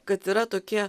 kad yra tokie